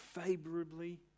favorably